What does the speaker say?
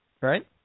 right